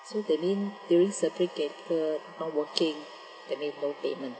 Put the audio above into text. so that mean during circuit breaker you're not working that mean no payment